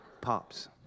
Pops